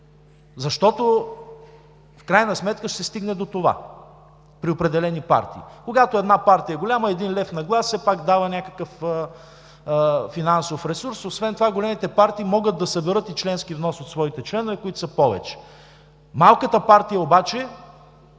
защото в крайна сметка ще се стигне до това при определени партии. Когато една партия е голяма, един лев на глас все пак дава някакъв финансов ресурс. Освен това, големите партии могат да съберат и членски внос от своите членове, които са повече. Малката партия обаче